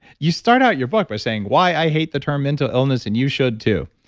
you start out your book by saying, why i hate the term mental illness and you should too.